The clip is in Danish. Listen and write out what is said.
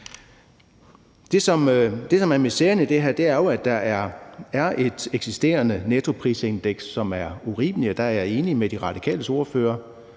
Det, som er miseren i det her, er jo, at der et eksisterende nettoprisindeks, som er urimeligt. Og der er jeg enig med De Radikales ordfører: